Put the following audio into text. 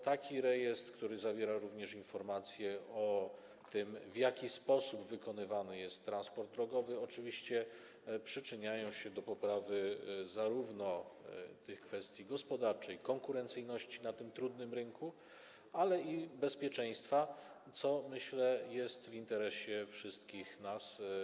Taki rejestr, który zawiera również informacje o tym, w jaki sposób wykonywany jest transport drogowy, oczywiście przyczynia się do poprawy zarówno w kwestii gospodarczej, w kwestii konkurencyjności na tym trudnym rynku, jak również w kwestii bezpieczeństwa, co, jak myślę, jest w interesie wszystkich nas.